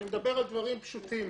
אני מדבר על דברים פשוטים.